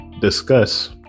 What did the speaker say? discuss